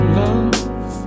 love